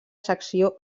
secció